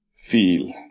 feel